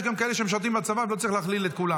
יש גם כאלה שמשרתים בצבא ולא צריך להכליל את כולם.